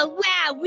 wow